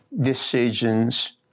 decisions